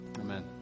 Amen